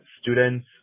students